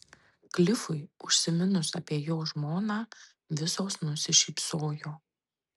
klifui užsiminus apie jo žmoną visos nusišypsojo